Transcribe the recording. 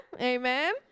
amen